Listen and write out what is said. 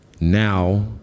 Now